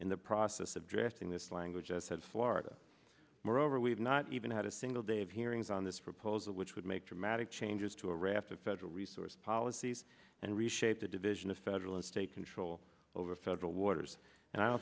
in the process of drafting this language said florida moreover we've not even had a single day of hearings on this proposal which would make dramatic changes to a raft of federal resource policies and reshape the division of federal and state control over federal waters and i don't